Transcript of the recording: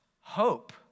hope